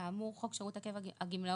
כאמור, חוק שירות הקבע (גמלאות)